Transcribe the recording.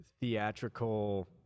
theatrical